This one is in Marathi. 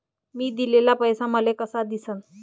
मी दिलेला पैसा मले कसा दिसन?